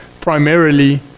primarily